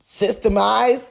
Systemize